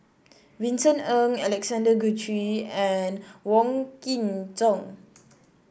Vincent Ng Alexander Guthrie and Wong Kin Jong